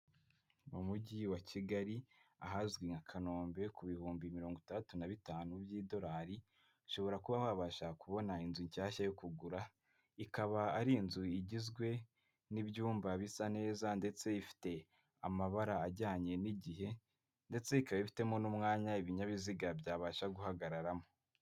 Mu mujyi wa Kigali ahazwi nka Kanombe, ku bihumbi mirongo itandatu na bitanu by'idolari hashobora kuba wabasha kubona inzu nshyashya yo kugura, ikaba ari inzu igizwe n'ibyumba bisa neza ndetse ifite amabara ajyanye n'igihe ndetse ikaba ifitemo n'umwanya ibinyabiziga byabasha guhagararamo.